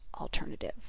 alternative